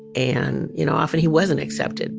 and, you know often, he wasn't accepted